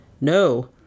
No